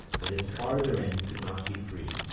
that its farther end could not be free,